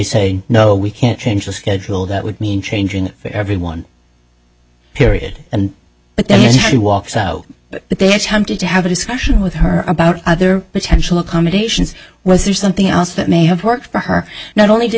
say no we can't change the schedule that would mean changing for everyone period but then she walks out but they attempted to have a discussion with her about other potential accommodations was there something else that may have worked for her not only did